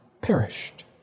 perished